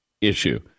issue